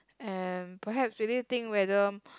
and perhaps really think whether